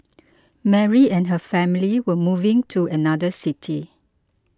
Mary and her family were moving to another city